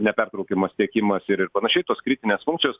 nepertraukiamas tiekimas ir ir panašiai tos kritinės funkcijos